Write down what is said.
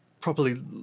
properly